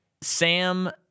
Sam